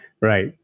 Right